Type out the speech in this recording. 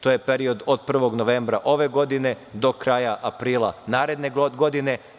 To je period od 1. novembra ove godine do kraja aprila naredne godine.